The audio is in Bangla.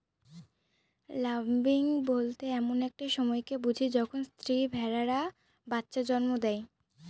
ল্যাম্বিং বলতে এমন একটা সময়কে বুঝি যখন স্ত্রী ভেড়ারা বাচ্চা জন্ম দেয়